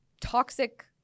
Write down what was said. toxic